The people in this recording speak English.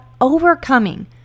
overcoming